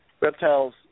reptiles